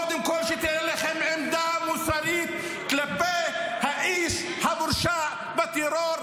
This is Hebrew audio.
קודם כול שתהיה לכם עמדה מוסרית כלפי האיש המורשע בטרור,